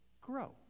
Grow